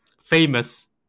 famous